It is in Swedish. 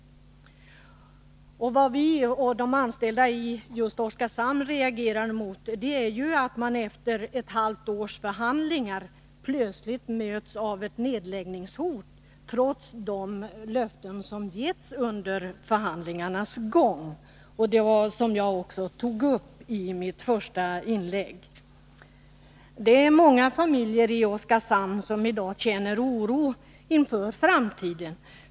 Vad vi och de anställda i Oskarshamn reagerar mot är att de anställda efter ett halvt års förhandlingar plötsligt möts av ett nedläggningshot, trots de löften som givits under förhandlingarnas gång. Det var just detta som jag tog upp i mitt första inlägg. Det är många familjer i Oskarshamn som i dag känner oro inför framtiden.